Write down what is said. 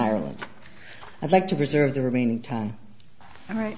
ireland i'd like to preserve the remaining time all right